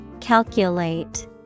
Calculate